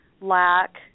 lack